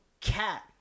cat